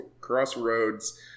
crossroads